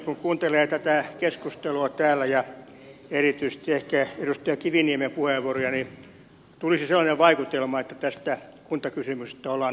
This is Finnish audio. kun kuuntelee tätä keskustelua täällä ja erityisesti ehkä edustaja kiviniemen puheenvuoroja niin tulee sellainen vaikutelma että tästä kuntakysymyksestä ollaan hirvittävän eri mieltä